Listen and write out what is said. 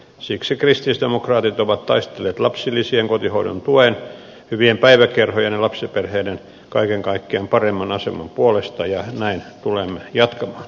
siksi kristillisdemokraatit ovat taistelleet lapsilisien kotihoidon tuen hyvien päiväkerhojen ja kaiken kaikkiaan lapsiperheiden paremman aseman puolesta ja näin tulemme jatkamaan